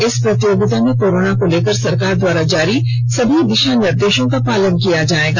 इस प्रतियोगिता में कोरोना को लेकर सरकार द्वारा जारी सभी दिशा निर्देशों का पालन किया जाएगा